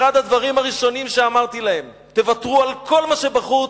אחד הדברים הראשונים שאמרתי להם: תוותרו על כל מה שבחוץ,